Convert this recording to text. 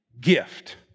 gift